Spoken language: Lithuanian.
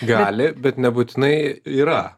gali bet nebūtinai yra